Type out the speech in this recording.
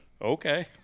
okay